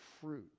fruit